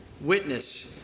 witness